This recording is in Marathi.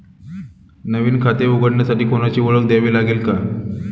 नवीन खाते उघडण्यासाठी कोणाची ओळख द्यावी लागेल का?